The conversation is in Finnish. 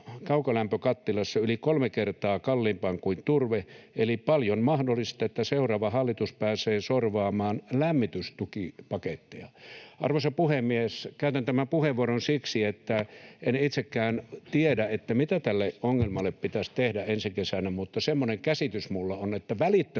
kaukolämpökattilassa yli kolme kertaa kalliimpaa kuin turve, eli on paljon mahdollista, että seuraava hallitus pääsee sorvaamaan lämmitystukipaketteja. Arvoisa puhemies! Käytän tämän puheenvuoron siksi, että en itsekään tiedä, mitä tälle ongelmalle pitäisi tehdä ensi kesänä, mutta semmoinen käsitys minulla on, että välittömästi